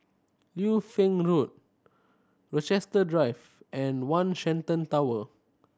Liu Fang Road Rochester Drive and One Shenton Tower